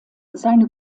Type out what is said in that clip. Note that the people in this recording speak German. seine